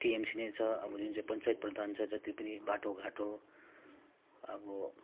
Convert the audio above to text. TMC नै छ अब जुन चाहिँ पञ्चायत प्रधान छ जति पनि बाटो घाटो अब